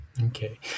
Okay